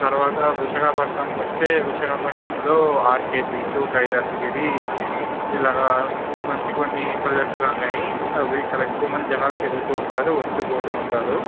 తరువాత విశాఖపట్నంకి వస్తే విశాఖపట్నంలో ఆర్కె బీచ్ కైలాసగిరి ఇలాగ మంచి కొన్ని ప్రదేశాలు ఉన్నాయి అవి ఇక్కడ ఎక్కువ మంది జనాలు తిరుగుతూ ఉంటారు వస్తూ పోతూ ఉంటారు